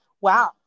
wow